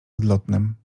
odlotnem